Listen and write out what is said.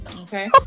Okay